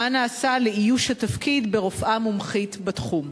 מה נעשה לאיוש התפקיד ברופאה מומחית בתחום?